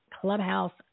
clubhouse